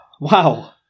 Wow